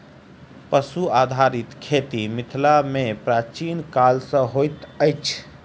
पशु आधारित खेती मिथिला मे प्राचीन काल सॅ होइत अछि